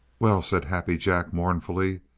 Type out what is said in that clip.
well, said happy jack, mournfully,